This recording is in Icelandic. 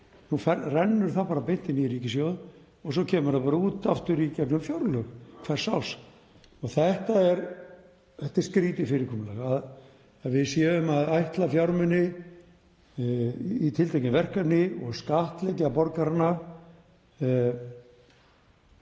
Nú rennur það bara beint inn í ríkissjóð og svo kemur það út aftur í gegnum fjárlög hvers árs. Þetta er skrýtið fyrirkomulag, að við séum að ætla fjármuni í tiltekin verkefni og skattleggja borgarana